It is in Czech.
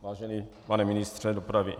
Vážený pane ministře dopravy.